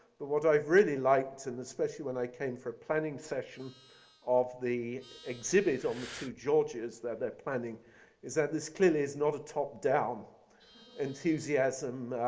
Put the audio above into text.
but what i really liked and especially when i came for planning session of the exhibits on the two georges that they're planning is that this clearly is not a top-down enthusiasm,